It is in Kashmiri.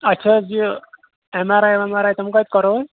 اَسہِ چھِ حظ یہِ ایم آر آی وٮ۪م آر آی تِم کَتہِ کَرو وۅنۍ